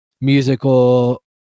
musical